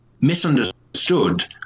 misunderstood